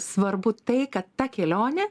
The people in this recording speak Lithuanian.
svarbu tai kad ta kelionė